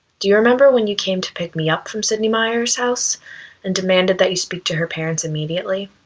do you remember when you came to pick me up from sydney meyer's house and demanded that you speak to her parents immediately?